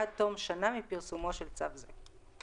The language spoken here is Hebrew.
עד תום שנה מפרסומו של צו זה.